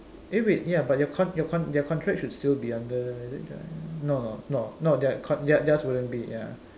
eh wait ya but your con~ your con~ their contract should still be under is it giant no no no theirs theirs wouldn't be ya